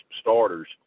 starters